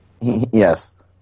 Yes